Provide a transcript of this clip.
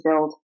build